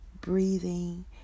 breathing